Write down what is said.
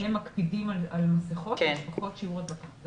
אם מקפידים על עטיית מסכה, שיעור ההדבקה יורד.